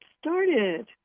started